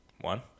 One